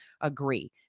agree